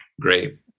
great